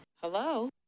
hello